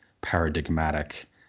paradigmatic